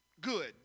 good